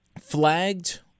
flagged